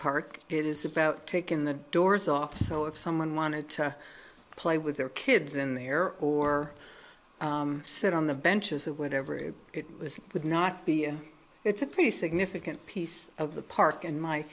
it is about taking the doors off so if someone wanted to play with their kids in the air or sit on the benches of whatever it would not be you it's a pretty significant piece of the park in my